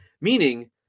meaning